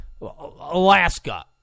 Alaska